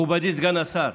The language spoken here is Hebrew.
מכובדי סגן השר,